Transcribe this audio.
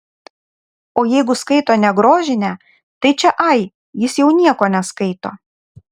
o jeigu skaito ne grožinę tai čia ai jis jau nieko neskaito